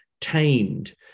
tamed